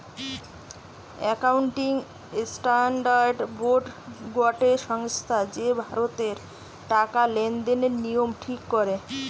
accounting standard board গটে সংস্থা যে ভারতের টাকা লেনদেনের নিয়ম ঠিক করে